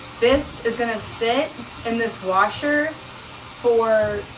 this is gonna sit in this washer for,